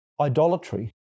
idolatry